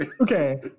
Okay